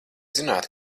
zināt